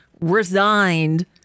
resigned